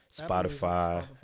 Spotify